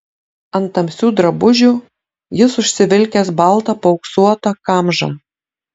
ant tamsių drabužių jis užsivilkęs baltą paauksuotą kamžą